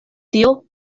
tio